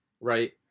right